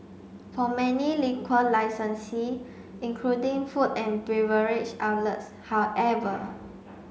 for many liquor licensee including food and beverage outlets however